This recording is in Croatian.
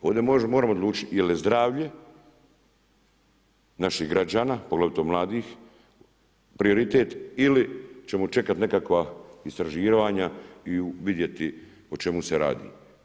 Ovdje moramo odlučiti je li zdravlje naših građana, poglavito mladih prioritet ili ćemo čekati nekakva istraživanja i vidjeti o čemu se radi.